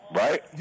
right